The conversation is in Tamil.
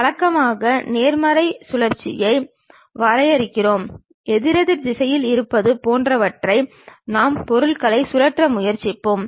வழக்கமாக நேர்மறை சுழற்சியை வரையறுக்கிறோம் எதிரெதிர் திசையில் இருப்பது போன்றவற்றை நாம் பொருட்களை சுழற்ற முயற்சிப்போம்